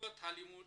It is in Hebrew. תכניות הלימוד